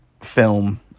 film